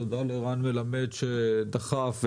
תודה לרן מלמד שדחף והציע.